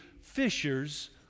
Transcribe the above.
fishers